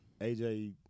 AJ